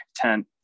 content